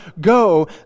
go